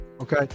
Okay